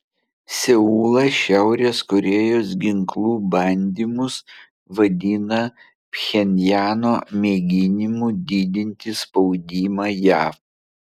seulas šiaurės korėjos ginklų bandymus vadina pchenjano mėginimu didinti spaudimą jav